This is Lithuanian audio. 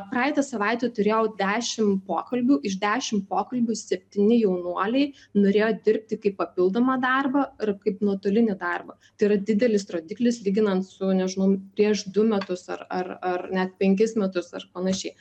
praeitą savaitę turėjau dešim pokalbių iš dešim pokalbių septyni jaunuoliai norėjo dirbti kaip papildomą darbą ir kaip nuotolinį darbą tai yra didelis rodiklis lyginant su nežinau prieš du metus ar ar ar net penkis metus ar panašiai